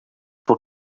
will